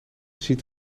ziet